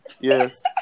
Yes